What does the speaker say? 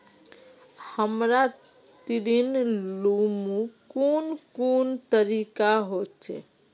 हमरा ऋण लुमू कुन कुन तरीका होचे?